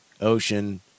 ocean